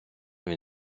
він